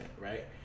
right